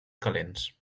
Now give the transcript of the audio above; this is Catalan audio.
calents